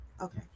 Okay